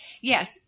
Yes